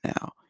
now